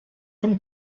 von